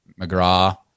McGrath